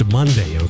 Monday